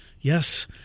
Yes